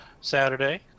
Saturday